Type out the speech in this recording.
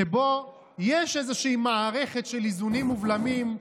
שבו יש איזושהי מערכת של איזונים ובלמים,